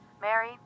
Mary